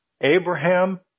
Abraham